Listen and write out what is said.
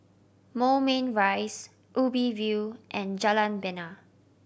Moulmein Rise Ubi View and Jalan Bena